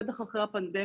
בטח אחרי הפנדמיה,